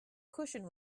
cushion